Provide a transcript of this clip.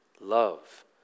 love